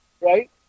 Right